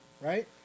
Right